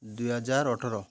ଦୁଇହଜାର ଅଠର